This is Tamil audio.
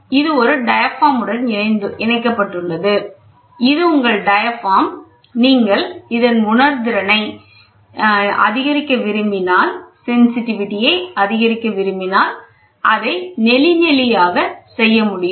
இது ஒரு டயாபிராம் உடன் இணைக்கப்பட்டுள்ளது இது உங்கள் டயாபிராம் நீங்கள் இதன் உணர்திறனை அதிகரிக்க விரும்பினால் இதை நெளி நெளியாக செய்ய முடியும்